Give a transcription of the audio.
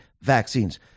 vaccines